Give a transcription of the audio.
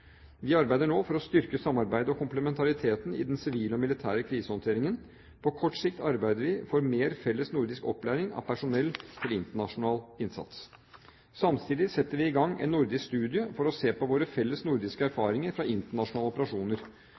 Vi arbeider nå for å styrke samarbeidet og komplementariteten i den sivile og militære krisehåndteringen. På kort sikt arbeider vi for mer felles nordisk opplæring av personell til internasjonal innsats. Samtidig setter vi i gang en nordisk studie for å se på våre felles nordiske erfaringer fra internasjonale operasjoner.